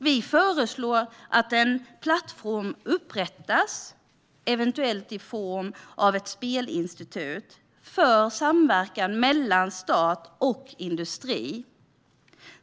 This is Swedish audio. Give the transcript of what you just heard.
Vi föreslår att en plattform upprättas, eventuellt i formen av ett spelinstitut, för samverkan mellan stat och industri.